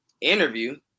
interview